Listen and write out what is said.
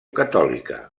catòlica